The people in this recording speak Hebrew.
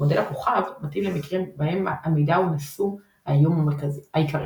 "מודל הכוכב" מתאים למקרים בהם המידע הוא נשוא האיום העיקרי.